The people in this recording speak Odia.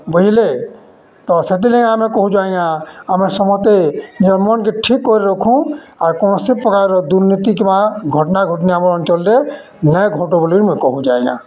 ବୁଝ୍ଲେ ତ ସେଥିଲାଗି ଆମେ କହୁଚୁ ଆଜ୍ଞା ଆମେ ସମସ୍ତେ ନିଜର୍ ମନ୍କେ ଠିକ୍ କରି ରଖୁଁ ଆର୍ କୌଣସି ପ୍ରକାରର ଦୁର୍ନୀତି କିମ୍ବା ଘଟଣା ଘଟନି ଆମ ଅଞ୍ଚଲରେ ନାଇଁ ଘଟୁ ବୋଲି ମୁଇଁ କହୁଚି ଆଜ୍ଞା